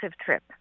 trip